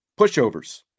pushovers